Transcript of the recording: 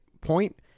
point